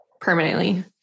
permanently